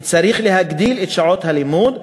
צריך להגדיל את שעות הלימוד,